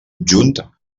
junt